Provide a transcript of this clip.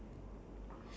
ya